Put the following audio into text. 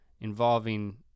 involving